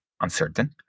uncertain